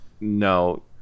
no